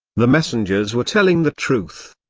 the messengers were telling the truth.